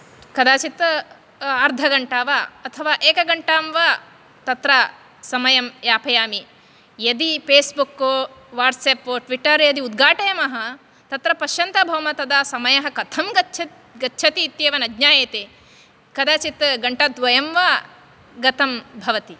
कदाचित् अर्धघण्टा वा अथवा एकघण्टां वा तत्र समयं यापयामि यदि फ़ेस्बुक् वाट्सप् ट्विट्टर् यदि उद्घाटयामः तत्र पश्यन्तः भवाम तदा समयः कथं गच्छ गच्छति इत्येव न ज्ञायते कदाचित् घण्टाद्वयम् वा गतं भवति